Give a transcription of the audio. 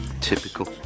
Typical